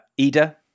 Ida